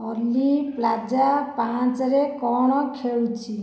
ଅଲି plaza ପାଞ୍ଚରେ କ'ଣ ଖେଳୁଛି